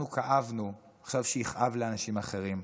אנחנו כאבנו, עכשיו שיכאב לאנשים אחרים.